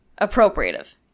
appropriative